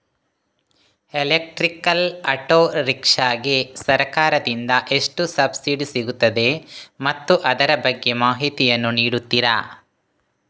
Electrical auto rickshaw ಗೆ ಸರ್ಕಾರ ದಿಂದ ಎಷ್ಟು ಸಬ್ಸಿಡಿ ಸಿಗುತ್ತದೆ ಮತ್ತು ಅದರ ಬಗ್ಗೆ ಮಾಹಿತಿ ಯನ್ನು ನೀಡುತೀರಾ?